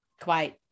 quite-